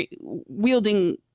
wielding